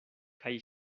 kaj